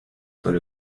todo